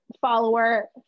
follower